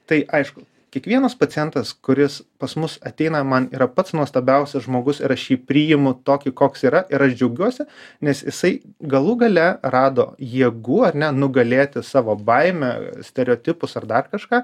tai aišku kiekvienas pacientas kuris pas mus ateina man yra pats nuostabiausias žmogus ir aš į priimu tokį koks yra ir aš džiaugiuosi nes isai galų gale rado jėgų ar ne nugalėti savo baimę stereotipus ar dar kažką